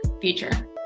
future